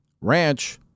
ranch